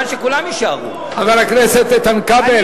חבר הכנסת איתן כבל,